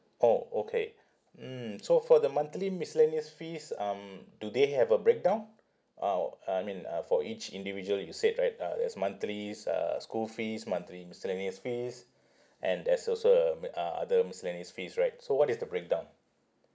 orh okay mm so for the monthly miscellaneous fees um do they have a breakdown uh uh I mean uh for each individual you said right uh there's monthly s~ uh school fees monthly miscellaneous fees and there's also uh ma~ uh other miscellaneous fees right so what is the breakdown